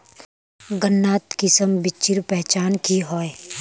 गन्नात किसम बिच्चिर पहचान की होय?